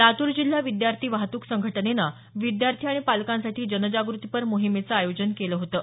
लातूर जिल्हा विद्यार्थी वाहतूक संघटनेनं विद्यार्थी आणि पालकांसाठी जनजाग्रतीपर मोहिमेचं आयोजन केलं होतं